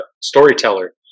storyteller